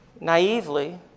naively